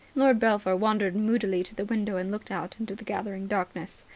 lord belpher wandered moodily to the window and looked out into the gathering darkness.